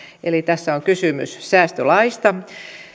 eli tässä on kysymys säästölaista